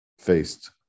faced